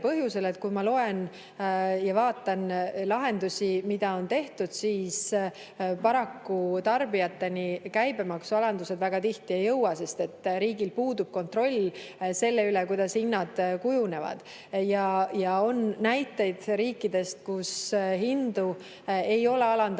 põhjusel, et kui ma loen ja vaatan lahendusi, mida on tehtud, siis paraku käibemaksualandused tarbijateni väga tihti ei jõua, sest riigil puudub kontroll selle üle, kuidas hinnad kujunevad. Ja on näiteid riikidest, kus hindu ei ole alandatud